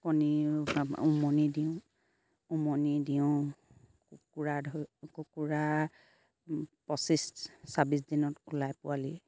কণী উমনি দিওঁ উমনি দিওঁ কুকুৰা কুকুৰা পঁচিছ ছাবিছ দিনত ওলাই পোৱালি